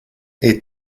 est